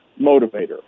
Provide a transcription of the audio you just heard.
motivator